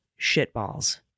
shitballs